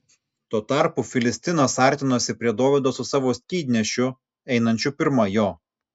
tuo tarpu filistinas artinosi prie dovydo su savo skydnešiu einančiu pirma jo